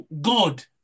God